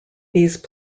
these